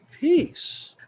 peace